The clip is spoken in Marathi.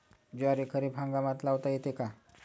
ज्वारी खरीप हंगामात लावता येते का?